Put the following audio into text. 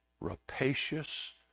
rapacious